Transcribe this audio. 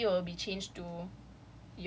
and it automatically will be changed to